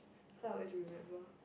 so I always remember